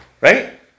Right